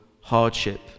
hardship